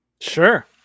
Sure